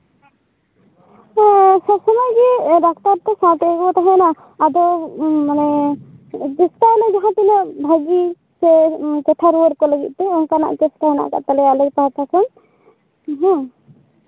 ᱦᱮᱸ ᱥᱚᱵ ᱥᱚᱢᱚᱭᱜᱮ ᱰᱟᱠᱛᱟᱨ ᱫᱚ ᱥᱟᱶ ᱛᱮᱜᱮ ᱠᱚ ᱛᱟᱦᱮᱱᱟ ᱟᱫᱚ ᱢᱟᱱᱮ ᱪᱮᱥᱴᱟᱭᱟᱞᱮ ᱡᱟᱦᱟ ᱛᱤᱱᱟᱹᱜ ᱵᱷᱟᱹᱜᱤ ᱥᱮ ᱪᱮᱴᱷᱟ ᱨᱩᱣᱟᱹᱲ ᱠᱚ ᱞᱟᱹᱜᱤᱫᱛᱮ ᱚᱱᱠᱟᱱᱟᱜ ᱪᱮᱥᱴᱟ ᱢᱮᱱᱟᱜ ᱛᱟᱞᱮᱭᱟ ᱟᱞᱮ ᱯᱟᱦᱴᱟ ᱠᱷᱚᱱ ᱦᱮᱸ